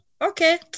okay